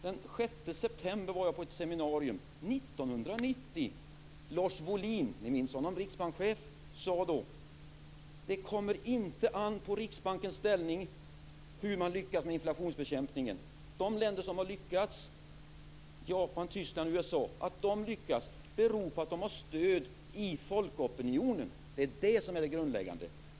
Den 6 september 1990 var jag på ett seminarium. Lars Wohlin - ni minns honom; han var riksbankschef - sa då att det inte kommer an på Riksbankens ställning hur man lyckas med inflationsbekämpningen. Att vissa länder har lyckats, t.ex. Japan, Tyskland och USA, beror på att dessa länder har stöd i folkopinionen. Det är det som är det grundläggande.